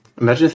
Imagine